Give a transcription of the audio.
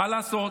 מה לעשות?